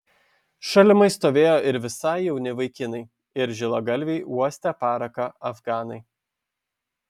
šalimais stovėjo ir visai jauni vaikinai ir žilagalviai uostę paraką afganai